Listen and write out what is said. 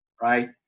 right